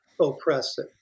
oppressive